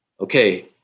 okay